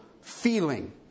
feeling